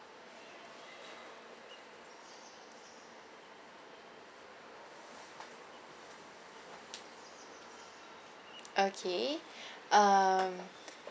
okay um